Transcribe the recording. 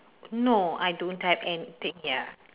no I don't have anything ya